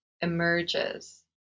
emerges